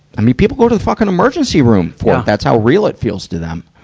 i mean, people go to the fucking emergency room for it. that's how real it feels to them.